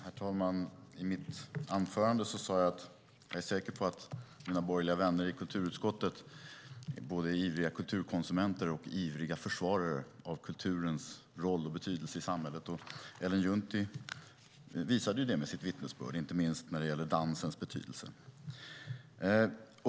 Herr talman! I mitt anförande sade jag att jag är säker på att mina borgerliga vänner i kulturutskottet är både ivriga kulturkonsumenter och ivriga försvarare av kulturens roll och betydelse i samhället. Ellen Juntti visade det med sitt vittnesbörd, inte minst när det gäller dansens betydelse.